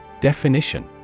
Definition